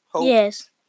Yes